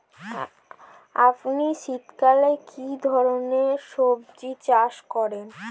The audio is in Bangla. আপনি শীতকালে কী ধরনের সবজী চাষ করেন?